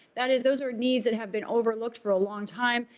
that is those are needs that have been overlooked for a long time.